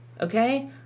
okay